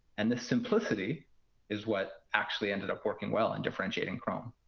and this simplicity is what actually ended up working well and differentiating chrome.